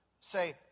say